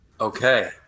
Okay